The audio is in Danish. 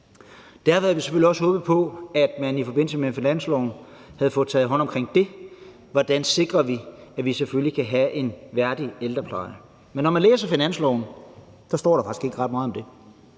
Derfor havde vi selvfølgelig også håbet på, at man i forbindelse med finansloven havde fået taget hånd om, hvordan man sikrer, at man kan have en værdig ældrepleje. Men når man læser finansloven, står der faktisk ikke ret meget om det.